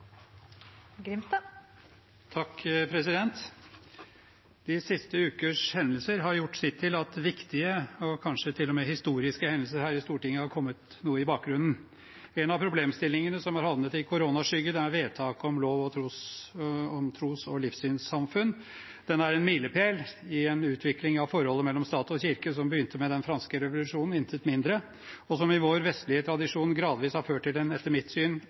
De siste ukers hendelser har gjort sitt til at viktige og kanskje til og med historiske hendelser her i Stortinget har kommet noe i bakgrunnen. En av problemstillingene som har havnet i koronaskyggen, er vedtaket om lov om tros- og livssynssamfunn. Den er en milepæl i en utvikling av forholdet mellom stat og kirke som begynte med den franske revolusjonen – intet mindre – og som i vår vestlige tradisjon gradvis har ført til en, etter mitt syn,